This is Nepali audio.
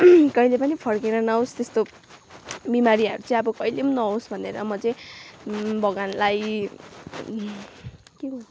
कहिले पनि फर्किएर नआओस् त्यस्तो बिमारीहरू चाहिँ अब कहिले पनि नआओस् भनेर म चाहिँ भगवानलाई